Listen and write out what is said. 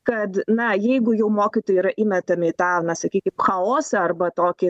kad na jeigu jau mokytojai yra įmetami į tą na sakykim chaosą arba tokį